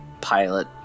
pilot